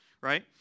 right